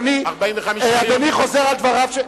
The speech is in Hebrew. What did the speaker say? אדוני חוזר על דבריו.